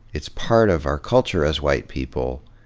it's part of our culture as white people,